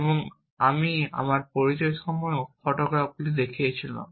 এবং আমি আমার পরিচয়ের সময়ও ফটোগ্রাফগুলি দেখিয়েছিলাম